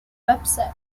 website